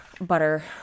butter